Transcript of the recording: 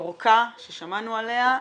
אורכה ששמענו עליה,